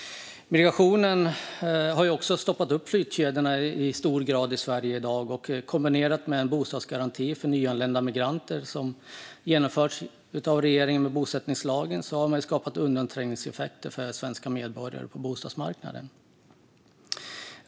Migrationen har också stoppat flyttkedjorna i hög grad. Kombinerat med en bostadsgaranti för nyanlända migranter som genomförts av regeringen med bosättningslagen har man skapat undanträngningseffekter för svenska medborgare på bostadsmarknaden.